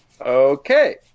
Okay